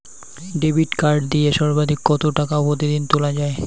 Debit card দিয়ে সর্বাধিক কত টাকা প্রতিদিন তোলা য়ায়?